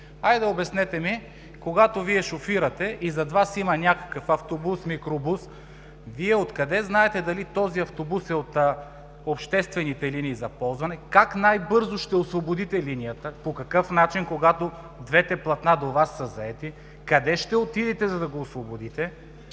Обяснете, ако Вие шофирате и зад Вас има някакъв автобус, микробус, Вие откъде знаете дали този автобус е от обществените линии за ползване, как най-бързо ще освободите линията, по какъв начин, след като двете платна около Вас са заети, къде ще отидете, за да го освободите,